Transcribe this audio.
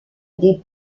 des